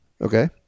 Okay